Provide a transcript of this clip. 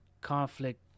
conflict